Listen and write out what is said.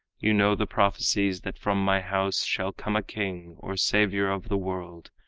you know the prophecies, that from my house shall come a king, or savior of the world.